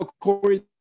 Corey